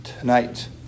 tonight